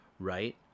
Right